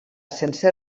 sense